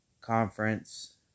conference